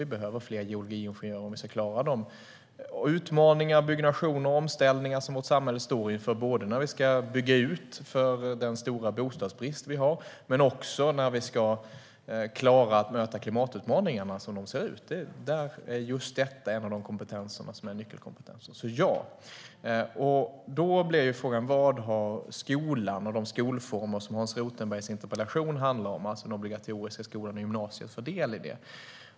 Vi behöver fler geologiingenjörer som klarar de utmaningar, byggnationer och omställningar som vårt samhälle står inför både när vi ska bygga ut för den stora bostadsbrist vi har och när vi ska klara att möta klimatutmaningarna som de ser ut. Där är just detta en av nyckelkompetenserna. Så mitt svar på frågan är ja. Då blir frågan: Vad har skolan och de skolformer som Hans Rothenbergs interpellation handlar om, alltså den obligatoriska skolan och gymnasiet, för del i detta?